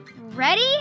Ready